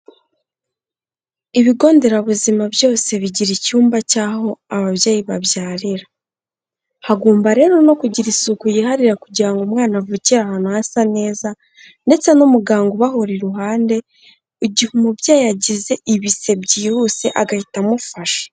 Ibigonderabuzima byose bigira icyumba cy'aho ababyeyi babyarira, hagomba rero no kugira isuku yiharira kugira ngo umwana avukire ahantu hasa neza, ndetse n'umuganga ubahora iruhande igihe umubyeyi agize ibise byihuse agahita amufasha.